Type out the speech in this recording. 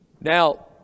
Now